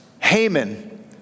Haman